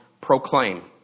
proclaim